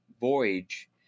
voyage